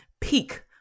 peak